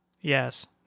Yes